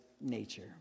nature